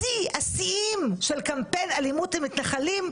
שיא השיאים של קמפיין אלימות המתנחלים,